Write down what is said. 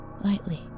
lightly